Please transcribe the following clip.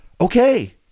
Okay